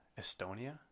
Estonia